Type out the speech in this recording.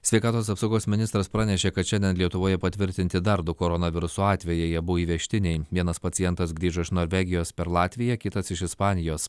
sveikatos apsaugos ministras pranešė kad šiandien lietuvoje patvirtinti dar du koronaviruso atvejai abu įvežtiniai vienas pacientas grįžo iš norvegijos per latviją kitas iš ispanijos